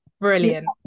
Brilliant